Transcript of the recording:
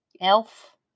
Elf